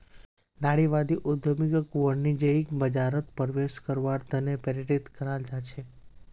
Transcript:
नारीवादी उद्यमियक वाणिज्यिक बाजारत प्रवेश करवार त न प्रेरित कराल जा छेक